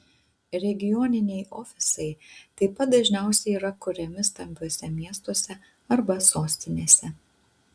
regioniniai ofisai taip pat dažniausiai yra kuriami stambiuose miestuose arba sostinėse